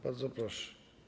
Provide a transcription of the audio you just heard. Bardzo proszę.